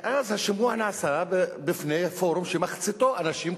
ואז השימוע נעשה בפני פורום שמחציתו אנשים פוליטיים.